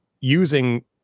using